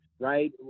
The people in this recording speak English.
Right